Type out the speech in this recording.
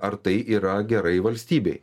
ar tai yra gerai valstybei